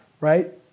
right